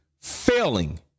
failing